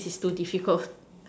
this is too difficult